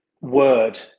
word